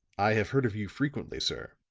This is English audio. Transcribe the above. i have heard of you frequently, sir,